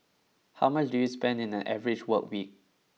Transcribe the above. how much do you spend in an average work week